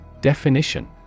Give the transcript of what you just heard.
Definition